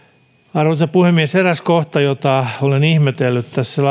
arvoisa puhemies eräs kohta jota olen ihmetellyt tässä